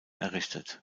errichtet